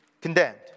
condemned